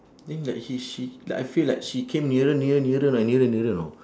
then like he she like I feel like she came nearer nearer nearer like nearer nearer know